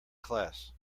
class